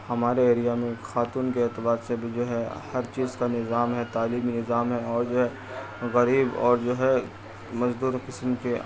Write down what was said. ہمارے ایریا میں خاتون کے اعتبار سے بھی جو ہے ہر چیز کا نظام ہے تعلیمی نظام ہے اور جو ہے غریب اور جو ہے مزدور قسم کے